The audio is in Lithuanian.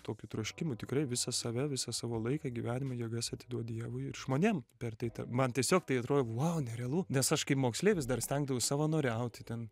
tokiu troškimu tikrai visą save visą savo laiką gyvenimą jėgas atiduot dievui ir žmonėm per tai man tiesiog tai atrodo vau nerealu nes aš kaip moksleivis dar stengdavaus savanoriauti ten